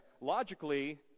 Logically